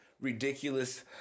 ridiculous